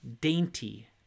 dainty